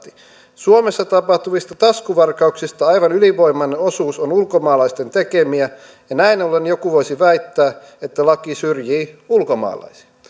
suomessa tapahtuvista taskuvarkauksista aivan ylivoimainen osuus on ulkomaalaisten tekemiä ja näin ollen joku voisi väittää että laki syrjii ulkomaalaisia